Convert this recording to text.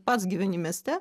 pats gyveni mieste